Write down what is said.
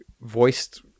voiced